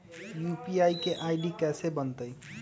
UPI के ID कैसे बनतई?